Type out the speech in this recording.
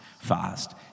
fast